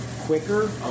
quicker